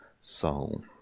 soul